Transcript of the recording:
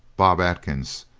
bob atkins,